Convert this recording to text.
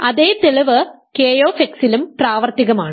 അതേ തെളിവ് k ലും പ്രാവർത്തികമാണ്